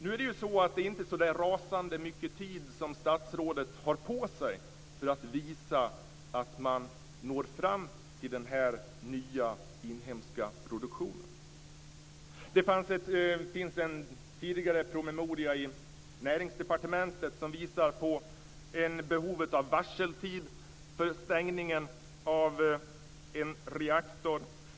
Nu har ju inte statsrådet så rasande mycket tid på sig för att visa att man når fram till den nya inhemska produktionen. Det finns en tidigare promemoria i Näringsdepartementet som visar på behovet av varseltid för stängningen av en reaktor.